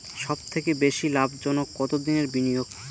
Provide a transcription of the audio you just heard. সবথেকে বেশি লাভজনক কতদিনের বিনিয়োগ?